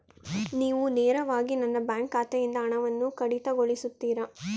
ನೀವು ನೇರವಾಗಿ ನನ್ನ ಬ್ಯಾಂಕ್ ಖಾತೆಯಿಂದ ಹಣವನ್ನು ಕಡಿತಗೊಳಿಸುತ್ತೀರಾ?